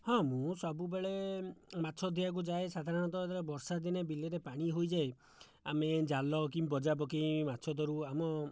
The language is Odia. ହଁ ମୁଁ ସବୁବେଳେ ମାଛ ଦିଆକୁ ଯାଏ ସାଧାରଣତଃ ଯେତେବେଳେ ବର୍ଷାଦିନେ ବିଲରେ ପାଣି ହୋଇଯାଏ ଆମେ ଜାଲ କି ବଜା ପକେଇ ମାଛ ଧରୁ ଆମ